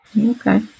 Okay